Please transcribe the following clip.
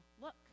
Look